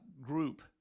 group